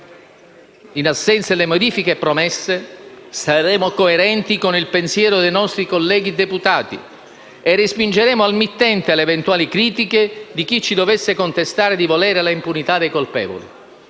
in assenza delle modifiche promesse, saremo coerenti con il pensiero dei nostri colleghi deputati, e respingeremo al mittente le eventuali critiche di chi ci dovesse contestare di volere l'impunità dei colpevoli.